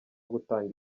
gutanga